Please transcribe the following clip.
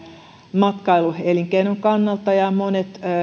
matkailuelinkeinon kannalta ja monet